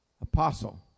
Apostle